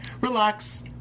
relax